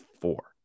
four